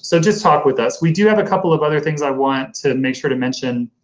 so just talk with us. we do have a couple of other things i want to make sure to mention.